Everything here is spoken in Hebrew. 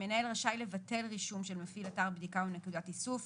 7. המנהל רשאי לבטל רישום של מפעיל אתר בדיקה או נקודת איסוף,